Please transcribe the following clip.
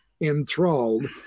enthralled